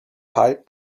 pipe